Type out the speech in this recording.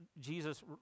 Jesus